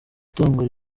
tungo